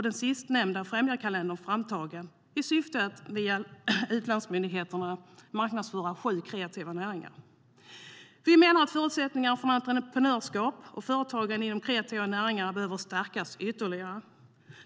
Den sistnämnda, Främjarkalendern, är framtagen i syfte att via utlandsmyndigheterna marknadsföra sju kreativa näringar. Vi menar att förutsättningarna för entreprenörskap och företagande inom kreativa näringar behöver stärkas ytterligare.